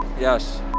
Yes